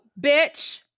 bitch